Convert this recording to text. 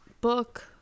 book